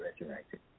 resurrected